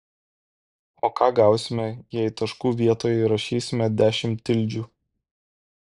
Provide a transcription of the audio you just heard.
o ką gausime jei taškų vietoje įrašysime dešimt tildžių